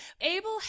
Abel